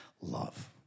love